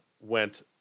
went